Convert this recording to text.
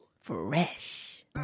Fresh